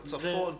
בצפון.